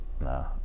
No